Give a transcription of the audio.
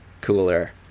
cooler